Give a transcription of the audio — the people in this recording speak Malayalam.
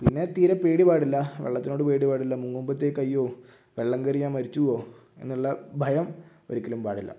പിന്നെ തീരെ പേടി പാടില്ല വെള്ളത്തിനോട് പേടി പാടില്ല മുങ്ങുമ്പോഴത്തേക്ക് അയ്യോ വെള്ളം കയറി ഞാൻ മരിച്ച് പോകുവോ എന്നുള്ള ഭയം ഒരിക്കലും പാടില്ല